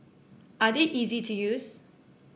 are they easy to use